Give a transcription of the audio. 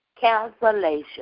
cancellation